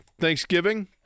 Thanksgiving